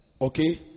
Okay